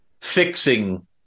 fixing